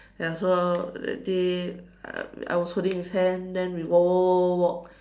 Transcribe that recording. ya so that day I I was holding his hand then we walk walk walk walk walk